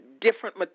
different